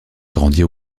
grandit